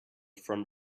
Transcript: front